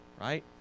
right